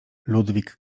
ludwig